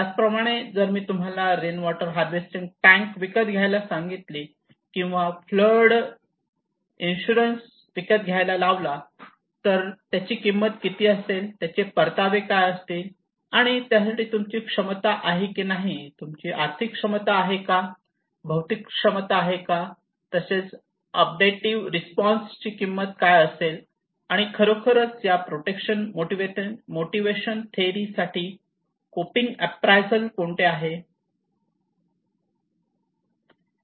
त्याचप्रमाणे जर मी तुम्हाला रेन वॉटर हार्वेस्टिंग टॅंक विकत घ्यायला सांगितली किंवा फ्लड इन्शुरन्स विकत घ्यायला लावला तर त्याची किंमत किती असेल त्याचे परतावे काय असतील आणि त्यासाठी तुमची क्षमता आहे की नाही तुमची आर्थिक क्षमता आहे का भौतिक क्षमता आहे का आणि तसेच अडपटिव रिस्पॉन्स ची किंमत काय असेल आणि खरोखर या प्रोटेक्शन मोटिवेशन थेरी साठी चे कोपिंग अप्रायझल कोणते आहे